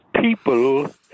people